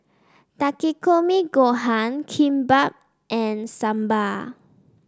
Takikomi Gohan Kimbap and Sambar